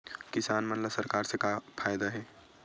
किसान मन ला सरकार से का फ़ायदा हे?